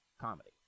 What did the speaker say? Comedy